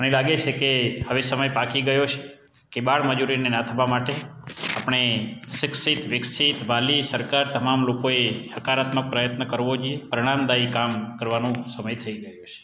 મને લાગે છે કે હવે સમય પાકી ગયો છે કે બાળમજૂરીને નાથવા માટે આપણે શિક્ષિત વિકસિત વાલી સરકાર તમામ લોકોએ હકારાત્મક પ્રયત્ન કરવો જોઈએ પરિણામદાઈ કામ કરવાનું સમય થઈ ગયો છે